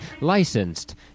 licensed